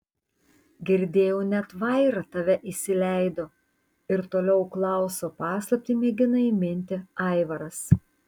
girdėjau net vaira tave įsileido ir toliau klauso paslaptį mėgina įminti aivaras